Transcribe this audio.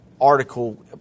article